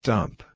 Dump